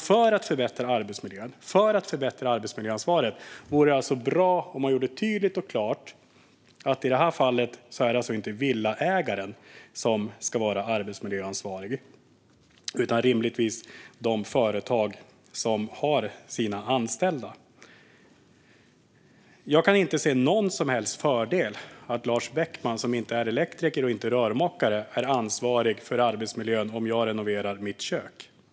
För att förbättra arbetsmiljöansvaret vore det alltså bra om man gjorde tydligt och klart att det i det här fallet inte är villaägaren som ska vara arbetsmiljöansvarig utan rimligtvis de företag vars anställda jobbar där. Jag kan inte se någon som helst fördel med att jag, Lars Beckman, som inte är elektriker eller rörmokare, är ansvarig för arbetsmiljön om jag renoverar mitt kök.